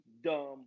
dumb